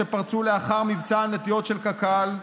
שפרצו לאחר מבצע הנטיעות של קק"ל,